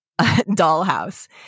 dollhouse